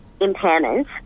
impairment